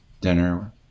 dinner